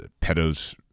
pedos